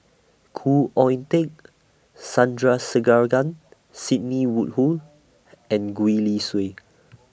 Khoo Oon Teik Sandrasegaran Sidney Woodhull and Gwee Li Sui